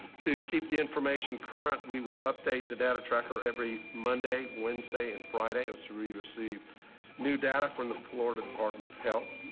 to keep the information current we will update the data tracker every monday wednesday and friday of sri received new data from the florida department of health.